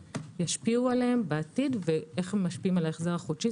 ישפיעו עליהם בעתיד ואיך הם משפיעים על ההחזר החודשי.